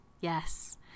Yes